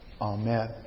Amen